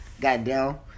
Goddamn